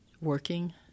working